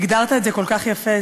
הגדרת את זה כל כך יפה,